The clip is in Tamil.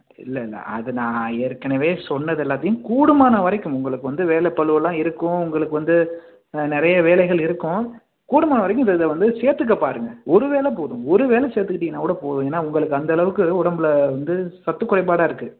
இல்லல்லை அது நான் ஏற்கனவே சொன்னது எல்லாத்தையும் கூடுமானவரைக்கும் உங்களுக்கு வந்து வேலை பளுவெல்லாம் இருக்கும் உங்களுக்கு வந்து நிறைய வேலைகள் இருக்கும் கூடுமானவரைக்கும் இதை வந்து சேர்த்துக்க பாருங்கள் ஒரு வேளை போதும் ஒரு வேளை சேர்த்துக்கிட்டிங்கனா கூட போதும் ஏன்னா உங்களுக்கு அந்தளவுக்கு உடம்பில் வந்து சத்து குறைபாடாகருக்கு